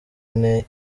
ine